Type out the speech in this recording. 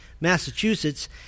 Massachusetts